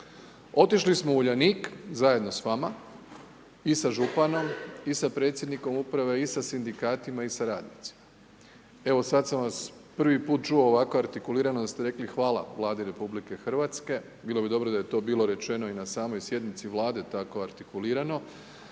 Otišli smo u Uljanik zajedno s vama i sa županom i sa predsjednikom uprave i sa sindikatima i sa radnicima. Evo sada sam vas prvi puta čuo ovako artikulirano da ste rekli hvala Vladi RH, bilo bi dobro da je to bilo rečeno i na samoj sjednici Vlade tako artikulirano,